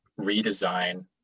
redesign